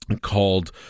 called